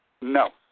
No